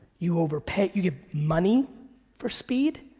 you overpay, you give money for speed,